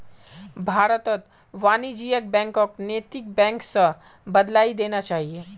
भारतत वाणिज्यिक बैंकक नैतिक बैंक स बदलइ देना चाहिए